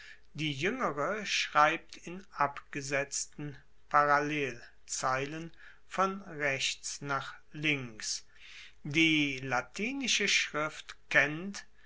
die juengere schreibt in abgesetzten parallelzeilen von rechts nach links die latinische schrift kennt